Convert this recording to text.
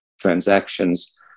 transactions